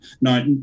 No